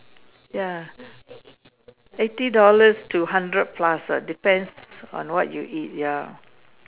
ya eighty dollars to hundred plus ah depends on what you eat ya